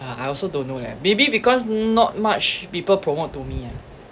uh I also don't know leh maybe because not much people promote to me ah